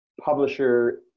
publisher